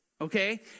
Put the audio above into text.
Okay